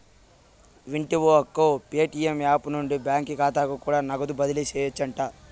వింటివా అక్కో, Paytm app నుండి బాకీ కాతా కూడా నగదు బదిలీ సేయొచ్చంట